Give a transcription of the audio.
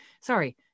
Sorry